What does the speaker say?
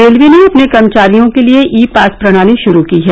railway ने अपने कर्मचारियों के लिए ई पास प्रणाली शुरू की है